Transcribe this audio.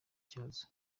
cyazo